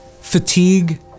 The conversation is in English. fatigue